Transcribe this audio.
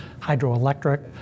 hydroelectric